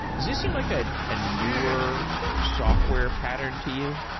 does this seem like a ah newer software pattern to you?